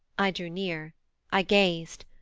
i drew near i gazed.